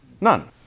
None